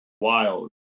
wild